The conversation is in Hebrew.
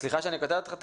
סליחה שאני קוטע אותך.